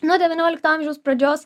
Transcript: nuo devyniolikto amžiaus pradžios